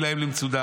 ותהי להם למצודה.